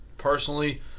Personally